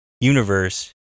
universe